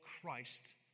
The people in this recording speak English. Christ